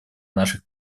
наших